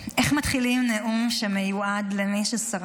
איך מתחילים נאום שמיועד למי ששרד את